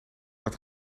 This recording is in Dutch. dat